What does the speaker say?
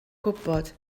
gwybod